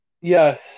yes